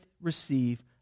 receive